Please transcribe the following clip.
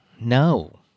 No